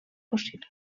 possible